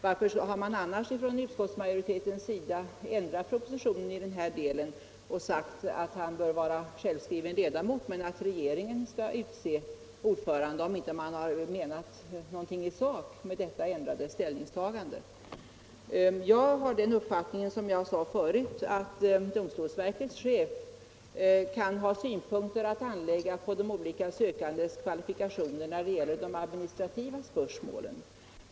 Varför har man annars från utskottsmajoritetens sida ändrat propositionen i denna del och sagt att han bör vara självskriven ledamot men att regeringen skall utse ordförande — om man inte har menat något i sak med detta ändrade ställningstagande? Jag har den uppfattningen, som jag sade förut, att domstolsverkets chef kan ha synpunkter att anlägga på de olika sökandenas kvalifikationer när det gäller de administrativa spörsmålen.